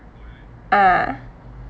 ah